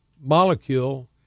molecule